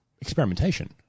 experimentation